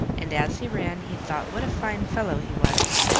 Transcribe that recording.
and as he ran he thought what a fine fellow he was,